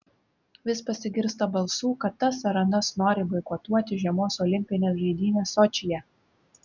vis pasigirsta balsų kad tas ar anas nori boikotuoti žiemos olimpines žaidynes sočyje